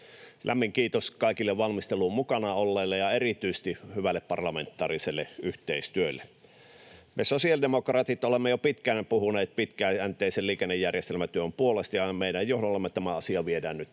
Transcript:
Lämmin kiitos kaikille valmistelussa mukana olleille ja erityisesti hyvälle parlamentaariselle yhteistyölle. Me sosiaalidemokraatit olemme jo pitkään puhuneet pitkäjänteisen liikennejärjestelmätyön puolesta, ja meidän johdollamme tämä asia viedään nyt